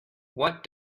what